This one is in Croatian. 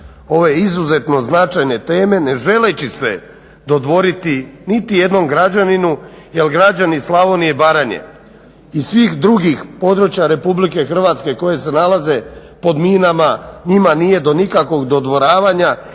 ove izuzetno značajne teme ne želeći se dodvoriti niti jednom građaninu jer građani Slavonije i Baranje i svih drugih područja RH koje se nalaze pod minama. Njima nije do nikakvog dodvoravanja